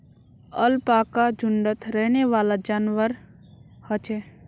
alpaca झुण्डत रहनेवाला जंवार ह छे